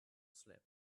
slept